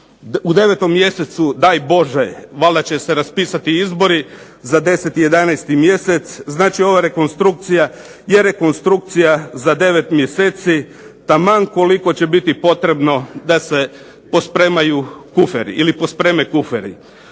u 9. mjesecu daj Bože valjda će se raspisati izbore za 10., 11. mjesec. Znači ova rekonstrukcija je rekonstrukcija za 9 mjeseci taman koliko će biti potrebno da se pospreme kuferi. No ja bez